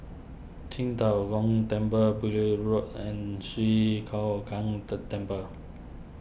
Qing De Gong Temple Beaulieu Road and Swee Kow Kuan de Temple